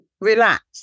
relax